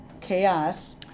Chaos